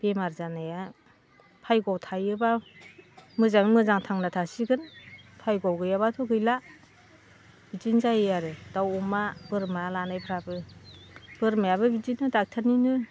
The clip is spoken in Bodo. बेमार जानाया भाग्य'आव थायोबा मोजाङै मोजां थांना थासिगोन भाग्य'आव गैयाबाथ' गैला बिदिनो जायो आरो दाउ अमा बोरमा लानायफ्राबो बोरमायाबो बिदिनो डक्ट'रनिनो